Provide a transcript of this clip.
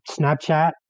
Snapchat